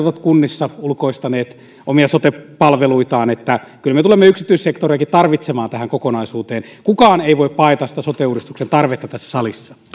ovat kunnissa ulkoistaneet omia sote palveluitaan me tulemme tarvitsemaan tähän kokonaisuuteen kukaan ei voi paeta sote uudistuksen tarvetta tässä salissa